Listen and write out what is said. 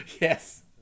Yes